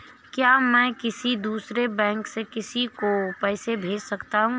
क्या मैं किसी दूसरे बैंक से किसी को पैसे भेज सकता हूँ?